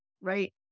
Right